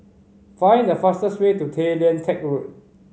find the fastest way to Tay Lian Teck Road